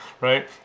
right